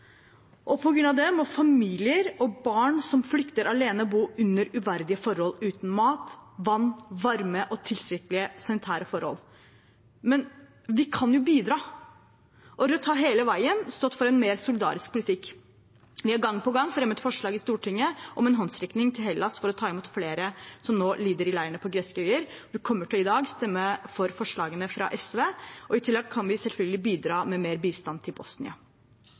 og på grunn av det må familier og barn som flykter alene, bo under uverdige forhold, uten mat, vann, varme og tilstrekkelige sanitære forhold. Men vi kan bidra, og Rødt har hele veien stått for en mer solidarisk politikk. Vi har gang på gang fremmet forslag i Stortinget om en håndsrekning til Hellas for å ta imot flere som nå lider i leirene på greske øyer. Vi kommer i dag til å stemme for forslagene fra SV. I tillegg kan vi selvfølgelig bidra med mer bistand til